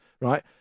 right